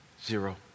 Zero